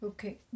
Okay